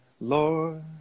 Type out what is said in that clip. lord